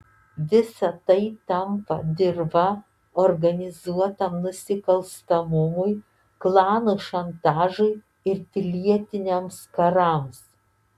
visa tai tampa dirva organizuotam nusikalstamumui klanų šantažui ir pilietiniams karams